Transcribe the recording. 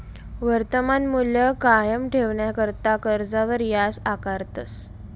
वर्तमान मूल्य कायम ठेवाणाकरता कर्जवर याज आकारतस